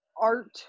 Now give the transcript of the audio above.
art